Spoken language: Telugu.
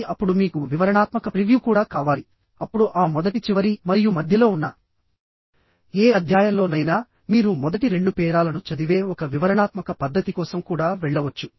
కానీ అప్పుడు మీకు వివరణాత్మక ప్రివ్యూ కూడా కావాలి అప్పుడు ఆ మొదటి చివరి మరియు మధ్యలో ఉన్న ఏ అధ్యాయంలోనైనా మీరు మొదటి రెండు పేరాలను చదివే ఒక వివరణాత్మక పద్ధతి కోసం కూడా వెళ్ళవచ్చు